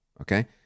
okay